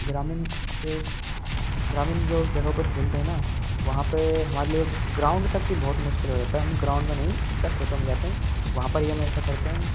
ग्रामीण से ग्रामीण जो जगहों पर खेलते हैं न वहाँ पर हमारे लिए ग्राउंड तक कि बहुत मुश्किल हो जाता है हम ग्राउंड में नहीं सीधा खेतों में जाते हैं वहाँ पर ही हम ऐसा करते हैं